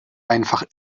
einfach